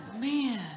Man